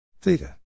theta